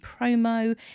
promo